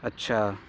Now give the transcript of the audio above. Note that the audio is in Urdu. اچّھا